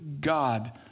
God